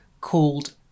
called